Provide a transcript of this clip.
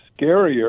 scarier